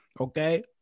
Okay